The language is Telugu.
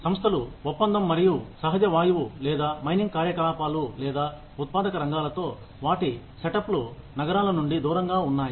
సంస్థలు ఒప్పందం చమురు మరియు సహజ వాయువు లేదా మైనింగ్ కార్యకలాపాలు లేదా ఉత్పాదక రంగాలతో వాటి సెటప్లు నగరాల నుండి దూరంగా ఉన్నాయి